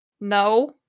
No